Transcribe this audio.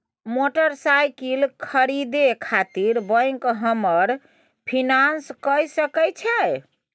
Motorcycle खरीदे खातिर bank हमरा फिनांस कय सके छै?